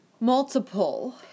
Multiple